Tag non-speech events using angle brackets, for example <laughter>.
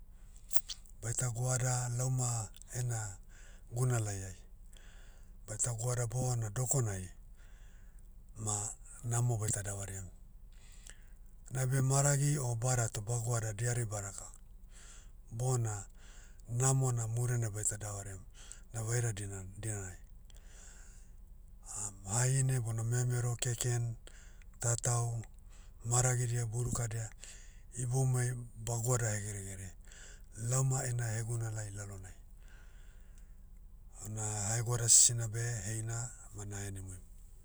Baita goada lauma ena, gunalaiai. Baita goada bona dokonai, ma, namo baita davariam. Nabe maragi o bada toh ba goada diari baraka, bona, namo na murina baita davariam, na vaira dinan- dinai. <hesitation> hahine bona memero keken, tatau, maragidia burukadia, iboumai, ba goada hegeregere. Lauma ena hegunalai lalonai. Una hahegoada sisina beh heina, ma nahenimuim